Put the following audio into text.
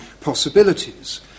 possibilities